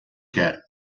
quer